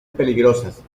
peligrosas